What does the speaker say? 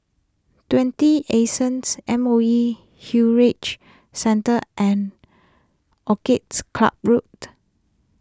twenty Anson's M O E Heritage Centre and Orchids Club Road